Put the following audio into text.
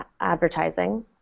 advertising